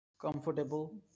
comfortable